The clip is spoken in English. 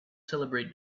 celebrate